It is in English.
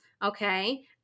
Okay